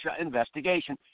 investigation